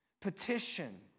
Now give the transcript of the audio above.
Petition